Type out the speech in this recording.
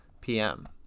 PM